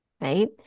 right